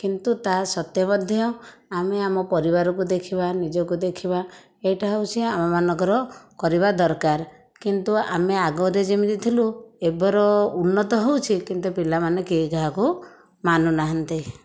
କିନ୍ତୁ ତାହା ସତ୍ୟ ମଧ୍ୟ ଆମେ ଆମ ପରିବାରକୁ ଦେଖିବା ନିଜକୁ ଦେଖିବା ଏଇଟା ହେଉଛି ଆମ ମାନଙ୍କର କରିବା ଦରକାର କିନ୍ତୁ ଆମେ ଆଗରେ ଯେମିତି ଥିଲୁ ଏବର ଉନ୍ନତ ହେଉଛି କିନ୍ତୁ ପିଲାମାନେ କେହି କାହାକୁ ମାନୁନାହାନ୍ତି